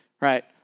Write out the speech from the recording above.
right